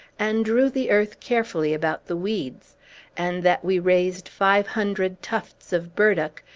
and drew the earth carefully about the weeds and that we raised five hundred tufts of burdock,